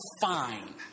fine